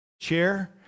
chair